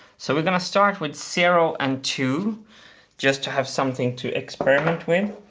so we're going to start with zero and two just to have something to experiment with.